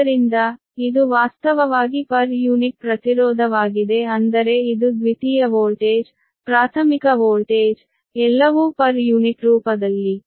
ಆದ್ದರಿಂದ ಇದು ವಾಸ್ತವವಾಗಿ ಪರ್ ಯೂನಿಟ್ ಪ್ರತಿರೋಧವಾಗಿದೆ ಅಂದರೆ ಇದು ದ್ವಿತೀಯ ವೋಲ್ಟೇಜ್ ಪ್ರಾಥಮಿಕ ವೋಲ್ಟೇಜ್ ಎಲ್ಲವೂ ಪರ್ ಯೂನಿಟ್ ರೂಪದಲ್ಲಿ